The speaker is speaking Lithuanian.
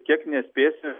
kiek nespėsiu